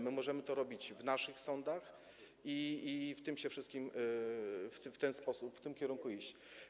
My możemy to robić w naszych sądach i w tym wszystkim w ten sposób i w tym kierunku iść.